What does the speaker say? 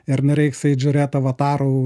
ir nereiks eit žiūrėt avatarų